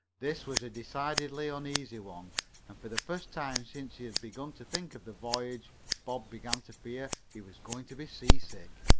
this was a decidedly uneasy one, and for the first time since he had begun to think of the voyage bob began to fear he was going to be seasick.